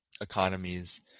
economies